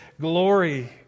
glory